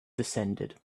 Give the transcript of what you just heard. descended